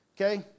Okay